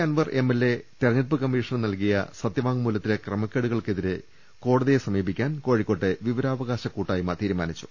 Anwar MLA തെരഞ്ഞെടുപ്പ് കമ്മീഷന് നൽകിയ സത്യവാങ്മൂലത്തിലെ ക്രമക്കേടുകൾക്കെതിരെ കോടതിയെ സമീ പിക്കാൻ കോഴിക്കോട്ടെ വിവരാവകാശ കൂട്ടായ്മ തീരുമാനിച്ചു